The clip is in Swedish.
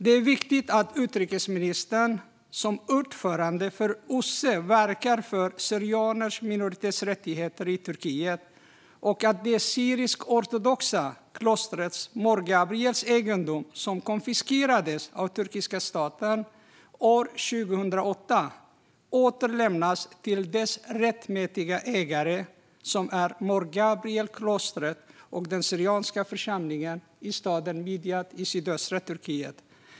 Det är viktigt att utrikesministern som ordförande för OSSE verkar för syrianers minoritetsrättighet i Turkiet och att det syrisk-ortodoxa klostret Mor Gabriels egendom, som konfiskerades av den turkiska staten 2008, återlämnas till sin rättmätiga ägare, nämligen Mor Gabriel-klostret och den syrianska församlingen i staden Midyat i sydöstra Turkiet.